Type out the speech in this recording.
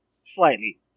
slightly